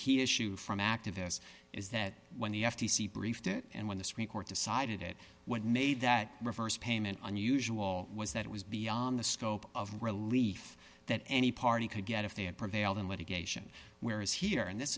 key issue from activists is that when the f t c briefed it and when the supreme court decided it would made that reverse payment unusual was that it was beyond the scope of relief that any party could get if they had prevailed in litigation whereas here and this